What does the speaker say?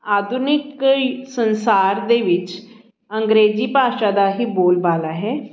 ਆਧੁਨਿਕ ਸੰਸਾਰ ਦੇ ਵਿੱਚ ਅੰਗਰੇਜ਼ੀ ਭਾਸ਼ਾ ਦਾ ਹੀ ਬੋਲਬਾਲਾ ਹੈ